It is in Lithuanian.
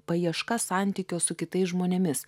paieška santykio su kitais žmonėmis